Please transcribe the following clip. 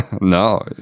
No